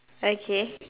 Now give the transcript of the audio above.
okay